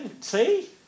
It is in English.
See